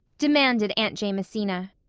demanded aunt jamesina.